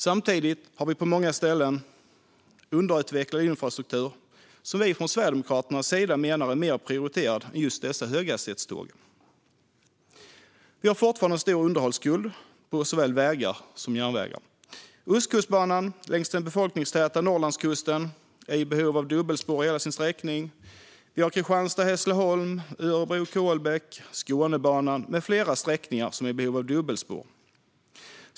Samtidigt har vi på många ställen underutvecklad infrastruktur, som vi sverigedemokrater menar är mer prioriterad än just dessa höghastighetståg. Vi har fortfarande en stor underhållsskuld på såväl vägar som järnvägar. Ostkustbanan längs den befolkningstäta Norrlandskusten är i behov av dubbelspår i hela sin sträckning. Kristianstad-Hässleholm, Örebro-Kolbäck, Skånebanan och fler sträckningar är i behov av dubbelspår.